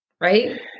right